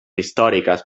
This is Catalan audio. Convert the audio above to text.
històriques